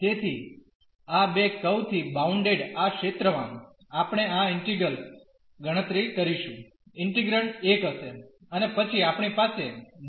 તેથી આ બે કર્વ થી બાઉન્ડેડ આ ક્ષેત્રમાં આપણે આ ઈન્ટિગ્રલ ગણતરી કરીશું ઇન્ટિગ્રેન્ડ 1 હશે અને પછી આપણી પાસે dy dx હશે